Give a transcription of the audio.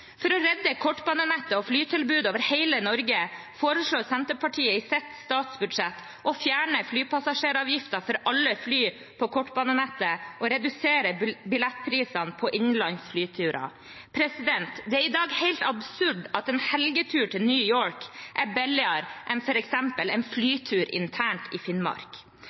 For å redde kortbanenettet og flytilbudet over hele Norge foreslår Senterpartiet i sitt statsbudsjett å fjerne flypassasjeravgiften for alle fly på kortbanenettet og redusere billettprisene på innenlands flyturer. Det er i dag helt absurd at en helgetur til New York er billigere enn f.eks. en flytur internt i Finnmark.